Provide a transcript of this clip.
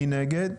מי נגד?